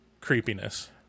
creepiness